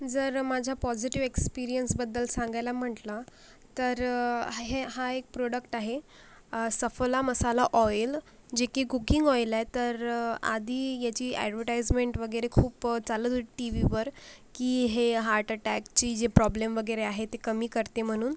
जर माझ्या पॉझिटीव्ह एक्सपिरिअन्सबद्दल सांगायला म्हटलं तर हे हा एक प्रोडक्ट आहे सफोला मसाला ऑइल जे की कुकिंग ऑइल आहे तर आधी याची ॲडव्हरटाईजमेंट वगैरे खूप चालत होती टी व्हीवर की हे हार्टअटॅकची जे प्रॉब्लेम वगैरे आहेत ते कमी करते म्हणून